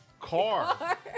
Car